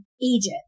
Egypt